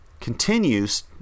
Continues